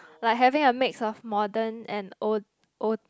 like having a mix of modern and old old